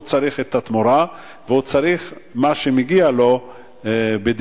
הוא צריך את התמורה והוא צריך מה שמגיע לו בדין.